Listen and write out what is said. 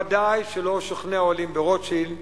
ודאי שלא שוכני האוהלים ברוטשילד,